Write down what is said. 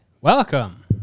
Welcome